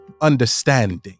understanding